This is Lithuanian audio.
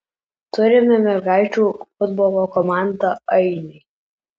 turime mergaičių futbolo komandą ainiai